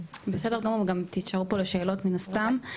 בסדר גמור, גם תישארו פה לשאלות מן הסתם.